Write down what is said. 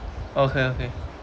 okay okay